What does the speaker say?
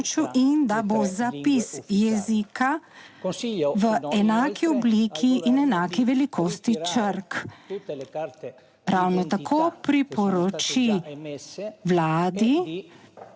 in da bo zapis jezika v enaki obliki in enaki velikosti črk. Ravno tako priporoči **10.